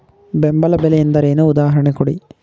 ಬೆಂಬಲ ಬೆಲೆ ಎಂದರೇನು, ಉದಾಹರಣೆ ಕೊಡಿ?